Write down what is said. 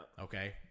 okay